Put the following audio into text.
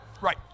right